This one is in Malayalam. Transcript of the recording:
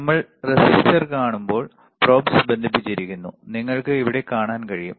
നമ്മൾ റെസിസ്റ്റർ കാണുമ്പോൾ probes ബന്ധിപ്പിച്ചിരിക്കുന്നു നിങ്ങൾക്ക് ഇവിടെ കാണാൻ കഴിയും